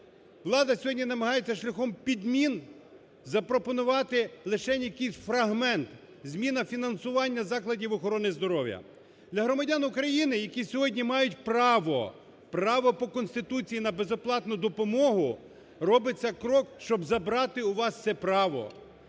влада сьогодні намагається шляхом підмін запропонувати лишень якийсь фрагмент – зміна фінансування закладів охорони здоров'я. Для громадян України, які сьогодні мають право – право по Конституції! – на безоплатну допомогу, робиться крок, щоб забрати у вас це право.